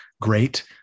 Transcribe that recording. great